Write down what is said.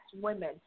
women